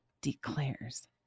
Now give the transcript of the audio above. declares